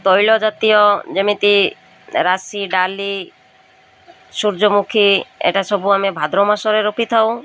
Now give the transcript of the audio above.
ତୈଳଜାତୀୟ ଯେମିତି ରାଶି ଡାଲି ସୂର୍ଯ୍ୟମୁଖୀ ଏଇଟା ସବୁ ଆମେ ଭାଦ୍ରବ ମାସରେ ରୋପିଥାଉ